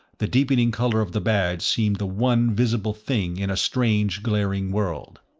the deepening color of the badge seemed the one visible thing in a strange glaring world.